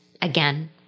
again